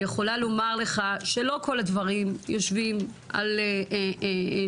אני יכולה לומר לך שלא כל הדברים יושבים על שולחנך,